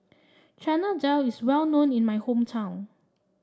Chana Dal is well known in my hometown